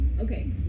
Okay